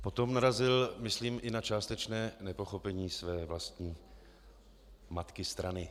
Potom narazil, myslím, i na částečné nepochopení své vlastní matky strany.